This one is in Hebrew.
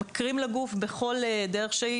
חומרים ממכרים לגוף בכל דרך שהיא.